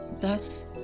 Thus